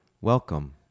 Welcome